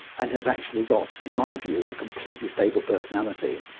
and has actually got, in my view, a completely stable personality.